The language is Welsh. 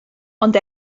ond